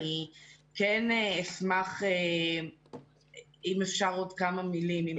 אני כן אשמח לומר עוד כמה מלים.